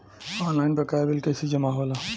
Online बकाया bill कैसे जमा होला?